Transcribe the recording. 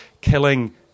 killing